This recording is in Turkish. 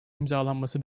imzalanması